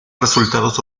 resultados